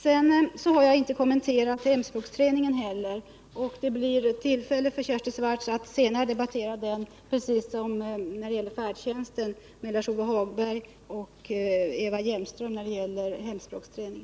Jag har inte kommenterat frågan om hemspråksträningen, men det blir tillfälle för Kersti Swartz att senare debattera den med Eva Hjelmström, liksom frågan om färdtjänsten med Lars-Ove Hagberg.